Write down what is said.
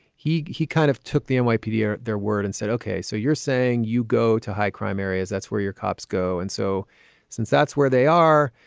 he he kind of took the and nypd at their word and said, ok. so you're saying you go to high crime areas. that's where your cops go. and so since that's where they are,